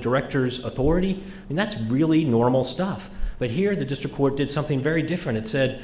director's authority and that's really normal stuff but here the district court did something very different it said